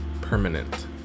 permanent